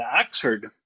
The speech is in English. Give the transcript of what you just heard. Oxford